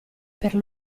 per